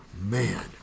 man